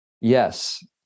yes